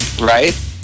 right